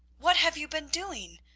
what have you been doing?